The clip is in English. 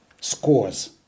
scores